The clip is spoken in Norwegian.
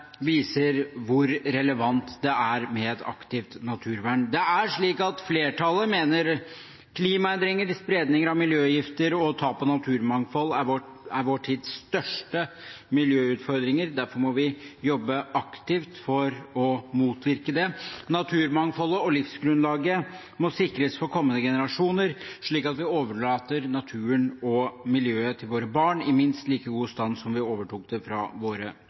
viser hvor relevant det er med et aktivt naturvern. Flertallet mener klimaendringer, spredning av miljøgifter og tap av naturmangfold er vår tids største miljøutfordringer. Derfor må vi jobbe aktivt for å motvirke det. Naturmangfoldet og livsgrunnlaget må sikres for kommende generasjoner, slik at vi overlater naturen og miljøet til våre barn i minst like god stand som vi overtok det fra våre